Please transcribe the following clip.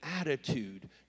attitude